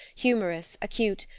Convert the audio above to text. humorous, acute,